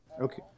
Okay